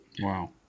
Wow